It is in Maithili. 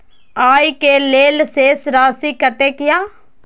आय के लेल शेष राशि कतेक या?